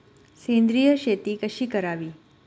सेंद्रिय शेती कशी करावी?